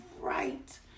right